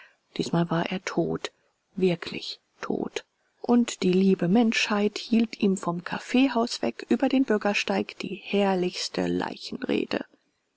diesmal war er tot wirklich tot und die liebe menschheit hielt ihm vom kaffeehaus weg über den bürgersteig die herrlichste